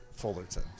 Fullerton